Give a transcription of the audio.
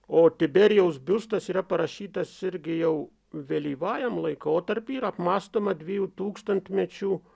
o tiberijaus biustas yra parašytas irgi jau vėlyvajam laikotarpį ir apmąstoma dviejų tūkstantmečių